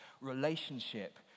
relationship